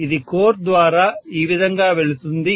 ఇది కోర్ ద్వారా ఈ విధంగా వెళుతుంది